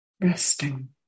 Resting